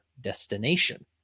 destination